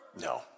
No